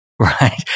right